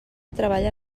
treballa